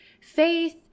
faith